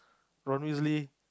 Ron-Weasley